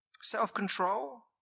Self-control